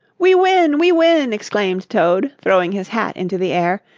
we win, we win! exclaimed toad, throwing his hat into the air.